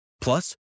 Plus